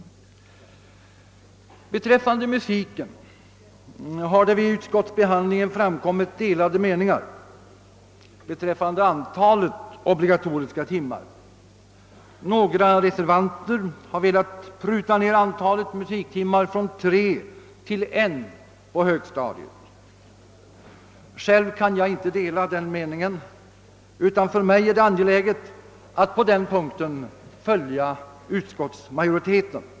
Beträffande musiken har det vid utskottsbehandlingen framkommit delade meningar om antalet obligatoriska timmar. Några reservanter har velat minska antalet musiktimmar från tre till en På högstadiet. Själv kan jag inte dela den meningen, utan för mig är det angeläget att på denna punkt följa utskotts Majoriteten.